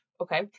okay